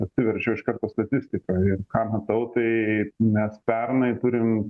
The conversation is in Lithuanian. atsiverčiau iš karto statistiką ir ką matau tai mes pernai turim